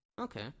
Okay